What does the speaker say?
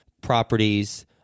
properties